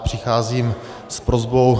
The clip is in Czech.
Přicházím s prosbou.